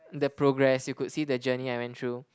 the progress you could see the journey I went through